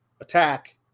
attack